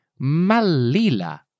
Malila